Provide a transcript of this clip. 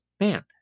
man